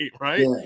Right